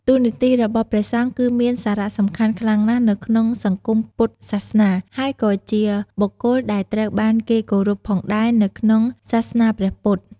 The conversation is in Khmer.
តួនាទីរបស់ព្រះសង្ឃគឺមានសារៈសំខាន់ខ្លាំងណាស់នៅក្នុងសង្គមពុទ្ធសាសនា ហើយក៏ជាបុគ្គលដែលត្រូវបានគេគោរពផងដែរនៅក្នុងសាសនាព្រះពុទ្ធ។